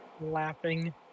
Laughing